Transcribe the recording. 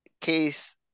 case